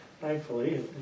Thankfully